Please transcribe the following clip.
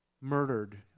murdered